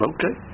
Okay